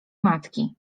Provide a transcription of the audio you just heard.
matki